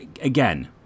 Again